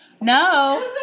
No